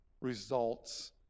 results